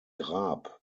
grab